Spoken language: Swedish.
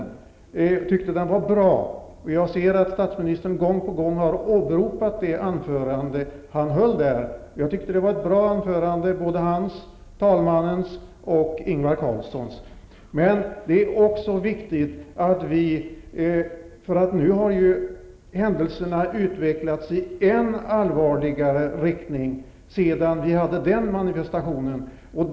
Jag tycker att den var bra. Jag hör att statsministern gång på gång åberopar till det anförande som han höll där. Jag tycker att både hans, talmannens och Ingvar Carlssons anföranden var bra. Men nu har händelserna utvecklat sig i än allvarligare riktning sedan vi hade denna manifestation.